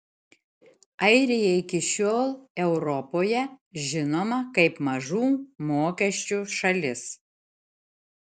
airija iki šiol europoje žinoma kaip mažų mokesčių šalis